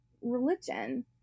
religion